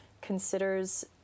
considers